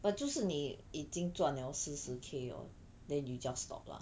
but 就是你已经赚了四十 K hor then you just stop lah